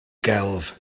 gelf